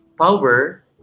power